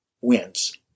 wins